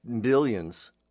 billions